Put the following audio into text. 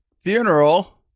funeral